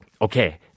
okay